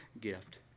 gift